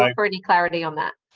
um clarity clarity on that?